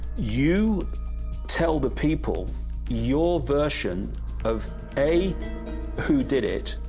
you tell the people your version of a who did it!